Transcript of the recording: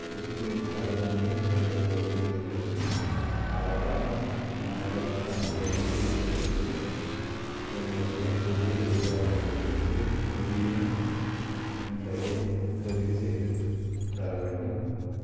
school அருகாமையில் என்னுடைய வீடு உள்ளது ஆதலால் தாங்கள் தன்னுடைய வீட்டிற்கு வந்து என்னுடைய புதிய எரிவாயு அடுப்புக்கு புதிய சிலிண்டரை முன்பதிவு செய்து தர வேண்டும்